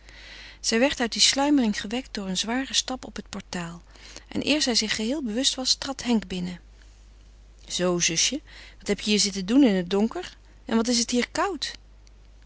zij werd uit die sluimering gewekt door een zwaren stap op het portaal en eer zij zich geheel bewust was trad henk binnen zoo zusje wat heb je hier zitten doen in het donker en wat is het hier koud